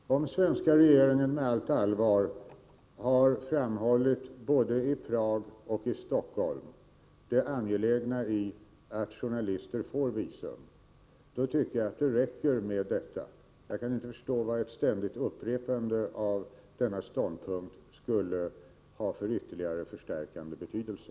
Herr talman! Om den svenska regeringen med allt allvar har framhållit, både i Prag och i Stockholm, det angelägna i att journalister får visum, då tycker jag att det räcker med detta. Jag kan inte förstå vad ett ständigt upprepande av denna ståndpunkt skulle ha för ytterligare förstärkande betydelse.